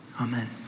Amen